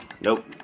Nope